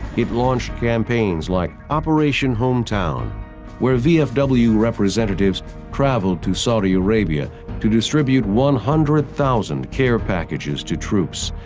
it launched campaigns like operation hometown where vfw representatives traveled to saudi arabia to distribute one hundred thousand care packages to troops,